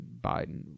Biden